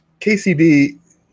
KCB